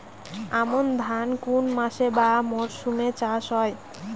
আমন ধান কোন মাসে বা মরশুমে চাষ হয়?